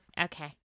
okay